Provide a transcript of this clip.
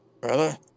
brother